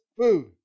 food